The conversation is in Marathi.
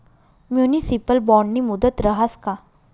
म्युनिसिपल बॉन्डनी मुदत रहास का?